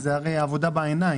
אז זה הרי עבודה בעיניים